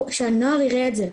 שהנוער יראה את זה.